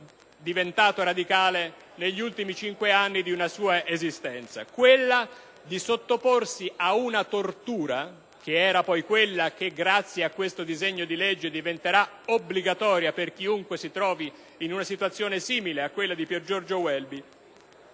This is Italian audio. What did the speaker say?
che era diventato radicale negli ultimi cinque anni della sua esistenza), quella di sottoporsi ad una tortura, che sarà poi quella che grazie a questo disegno di legge diventerà obbligatoria per chiunque si trovi in una situazione simile alla sua, per arrivare